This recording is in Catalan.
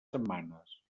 setmanes